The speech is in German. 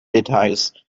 details